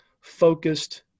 focused